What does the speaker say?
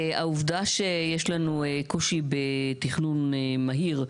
העובדה שיש לנו קושי בתכנון מהיר,